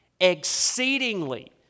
exceedingly